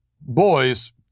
boys